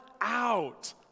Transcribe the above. out